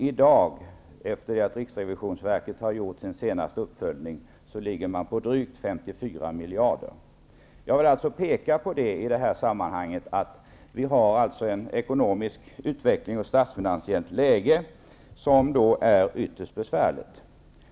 I dag, efter att riksrevisionsverket har gjort sin senaste uppföljning, är budgetunderskottet drygt 54 miljarder. Jag vill alltså i det här sammanhanget peka på att den ekonomiska utvecklingen och det statsfinansiella läget är ytterst besvärligt.